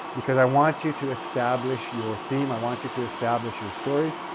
because i want you to establish your theme, i want you to establish your story,